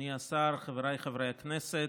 אדוני השר, חבריי חברי הכנסת,